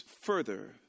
further